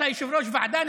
אתה יושב-ראש ועדה,